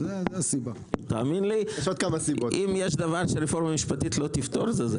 זה התערבות לא מידתית.